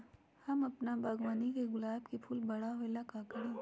हम अपना बागवानी के गुलाब के फूल बारा होय ला का करी?